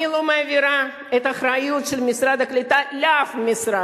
אני לא מעבירה את האחריות של משרד הקליטה לאף משרד,